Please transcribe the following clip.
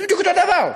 זה בדיוק אותו דבר.